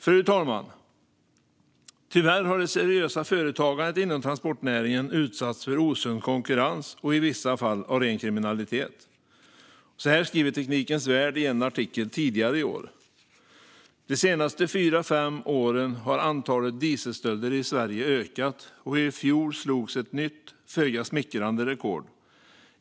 Fru talman! Tyvärr har det seriösa företagandet inom transportnäringen utsatts för osund konkurrens och i vissa fall ren kriminalitet. Så här skriver Teknikens Värld i en artikel tidigare i år: "De senaste fyra, fem åren har antalet dieselstölder i Sverige ökat och i fjol slogs ett nytt, föga smickrande rekord.